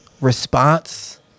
response